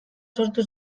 sortu